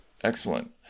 excellent